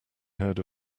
heard